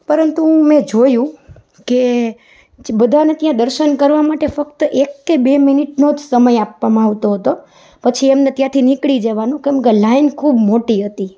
પરંતુ મે જોયું કે જે બધાંને ત્યાં દર્શન કરવા માટે ફક્ત એક કે બે મિનિટનો જ સમય આપવામાં આવતો હતો પછી એમને ત્યાંથી નીકળી જવાનું કેમકે લાઇન ખૂબ મોટી હતી